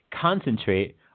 concentrate